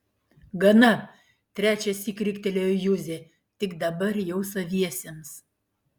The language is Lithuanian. gana trečiąsyk riktelėjo juzė tik dabar jau saviesiems